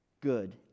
good